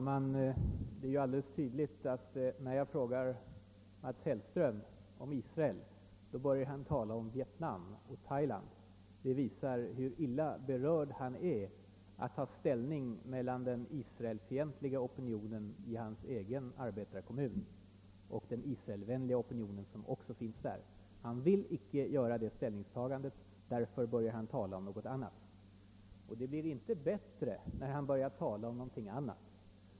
Herr talman! När jag frågar Mats Hellström om Israel börjar han tala om Vietnam och Thailand. Det visar hur illa berörd han är av att behöva ta ställning antingen för den israelfientliga opinionen i sin egen arbetarkommun eller för den israelvänliga opinion som också finns där. Han vill inte göra detta ställningstagande och därför börjar han tala om något annat. Det blir inte heller bättre när han börjar tala om något annat.